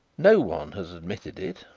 no one has admitted it,